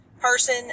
person